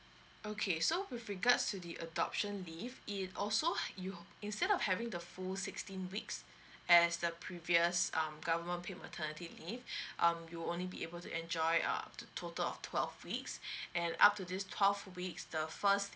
okay so with regards to the adoption leave it also you instead of having the full sixteen weeks as the previous um government paid maternity leave um you will only be able to enjoy err total of twelve weeks and out to these twelve weeks the first